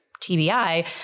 TBI